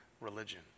religion